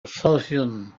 exhaustion